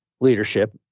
leadership